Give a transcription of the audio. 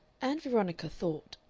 ann veronica thought.